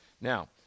Now